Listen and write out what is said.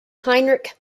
heinrich